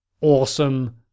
awesome